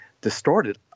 distorted